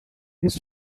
his